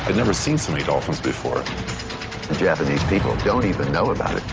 never seen so many dolphins before. the japanese people don't even know about it.